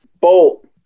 Bolt